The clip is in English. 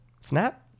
Snap